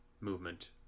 movement